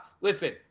Listen